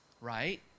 right